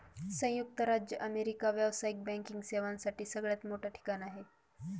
संयुक्त राज्य अमेरिका व्यावसायिक बँकिंग सेवांसाठी सगळ्यात मोठं ठिकाण आहे